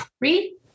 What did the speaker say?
Read